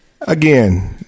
Again